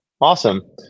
awesome